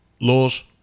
Laws